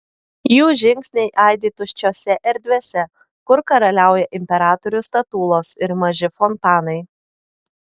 jų žingsniai aidi tuščiose erdvėse kur karaliauja imperatorių statulos ir maži fontanai